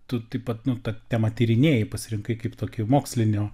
tu taip pat nu tą temą tyrinėji pasirinkai kaip tokį mokslinio